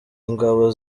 ingabo